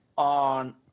on